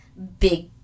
big